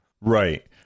Right